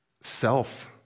self